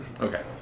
Okay